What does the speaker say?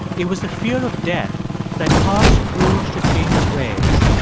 it was the fear of death that caused scrooge to change his ways,